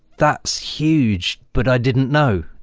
that's huge but i didn't know,